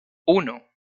uno